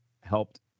helped